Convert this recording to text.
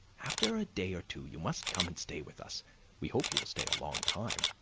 after a day or two you must come and stay with us we hope you will stay a long time.